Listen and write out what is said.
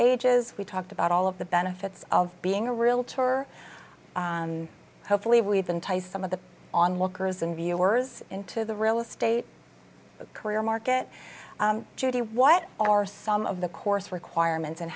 ages we talked about all of the benefits of being a realtor and hopefully we've been to some of the onlookers and viewers into the real estate career market judy what are some of the course requirements and